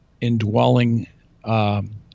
indwelling